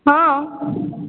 ହଁ